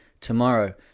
tomorrow